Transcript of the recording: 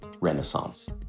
renaissance